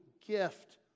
gift